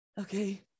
Okay